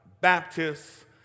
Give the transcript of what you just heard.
Baptists